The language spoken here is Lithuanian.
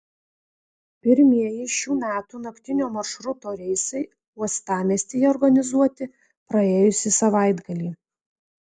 pirmieji šių metų naktinio maršruto reisai uostamiestyje organizuoti praėjusį savaitgalį